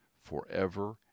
forever